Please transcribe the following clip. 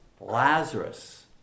Lazarus